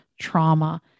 trauma